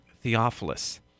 Theophilus